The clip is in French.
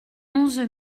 onze